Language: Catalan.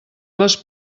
les